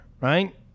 right